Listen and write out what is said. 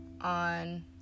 on